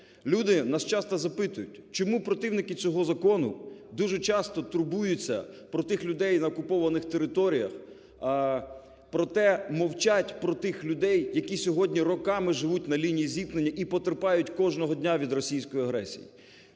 Люди нас часто запитують: чому противники цього закону дуже часто турбуються про тих людей на окупованих територіях, проте мовчать про тих людей, які сьогодні роками живуть на лінії зіткнення і потерпають кожного дня від російської агресії?